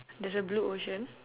there's a blue ocean